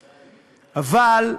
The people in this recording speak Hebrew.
אבל,